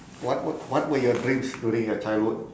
what what what were your dreams during your childhood